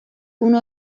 uno